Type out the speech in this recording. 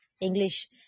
English